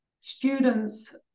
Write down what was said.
students